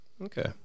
Okay